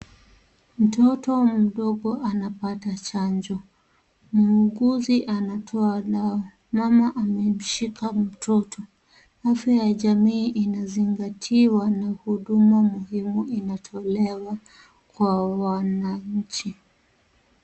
Mtoto mdogo anapata chanjo. Muuguzi anatoa na mama amemshika mtoto. Afya ya jamii inazingatiwa na huduma muhimu inatolewa kwa wananchi.